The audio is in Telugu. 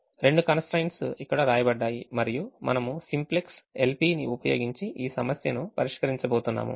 రెండు constraints ఇక్కడ వ్రాయబడ్డాయి మరియు మనము సింప్లెక్స్ LP ని ఉపయోగించి ఈ సమస్యను పరిష్కరించబోతున్నాము